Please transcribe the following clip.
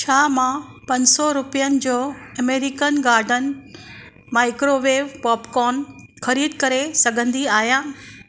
छा मां पंज सौ रुपियनि जो अमेरिकन गाडन माइक्रोवेव पॉपकॉन ख़रीद करे सघंदी आहियां